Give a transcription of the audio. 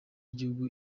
y’igihugu